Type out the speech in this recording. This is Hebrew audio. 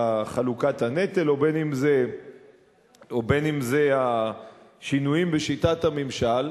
חלוקת הנטל ובין שזה השינויים בשיטת הממשל,